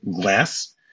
glass